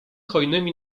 hojnymi